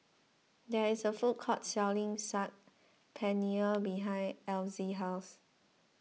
there is a food court selling Saag Paneer behind Elzy's house